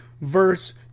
verse